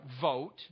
vote